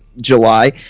July